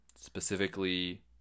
Specifically